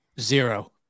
Zero